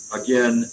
again